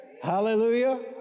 Hallelujah